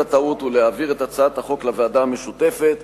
הטעות ולהעביר את הצעת החוק לוועדה המשותפת.